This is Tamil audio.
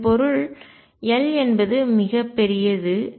இதன் பொருள் L என்பது மிகப் பெரியது